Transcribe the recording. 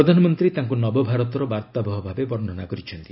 ପ୍ରଧାନମନ୍ତ୍ରୀ ତାଙ୍କୁ ନବଭାରତର ବାର୍ତ୍ତାବହ ଭାବେ ବର୍ଣ୍ଣନା କରିଛନ୍ତି